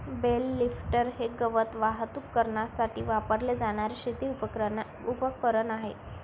bell lifter हे गवत वाहतूक करण्यासाठी वापरले जाणारे शेती उपकरण आहे